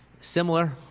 Similar